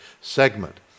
segment